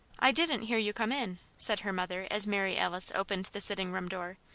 i didn't hear you come in, said her mother as mary alice opened the sitting-room door,